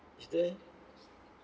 is there